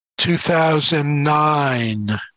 2009